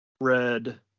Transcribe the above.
Red